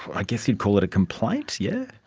i guess you'd call it a complaint, yes?